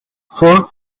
four